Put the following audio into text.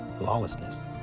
lawlessness